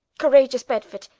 couragious bedford,